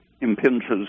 impinges